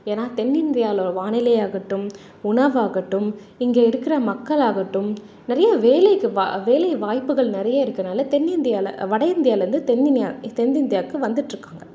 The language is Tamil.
ஏன்னா தென்னிந்தியாவில வானிலையாகட்டும் உணவாகட்டும் இங்கே இருக்கிற மக்களாகட்டும் நிறைய வேலைக்கு வா வேலை வாய்ப்புகள் நிறைய இருக்கறனால தென்னிந்தியாவில வடஇந்தியாவிலேந்து தென்னிந்தியா தென்னிந்தியாவுக்கு வந்துட்டிருக்காங்க